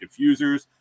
diffusers